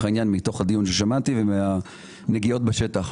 העניין מתוך הדיון ששמעתי ומהנגיעות בשטח.